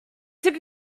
took